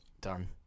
Done